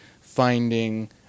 finding